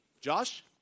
Josh